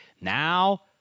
Now